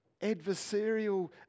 adversarial